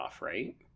right